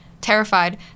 Terrified